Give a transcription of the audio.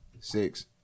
Six